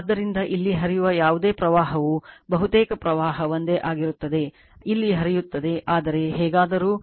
ಆದ್ದರಿಂದ ಇಲ್ಲಿ ಹರಿಯುವ ಯಾವುದೇ ಪ್ರವಾಹವು ಬಹುತೇಕ ಪ್ರವಾಹ ಒಂದೇ ಆಗಿರುತ್ತದೆ ಇಲ್ಲಿ ಹರಿಯುತ್ತದೆ ಆದರೆ ಹೇಗಾದರೂ